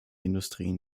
industrien